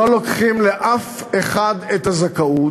לא לוקחים לאף אחד את הזכאות,